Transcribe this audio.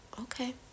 Okay